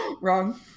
Wrong